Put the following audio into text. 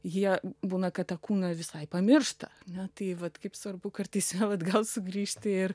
jie būna kad tą kūną visai pamiršta ane tai vat kaip svarbu kartais atgal sugrįžti ir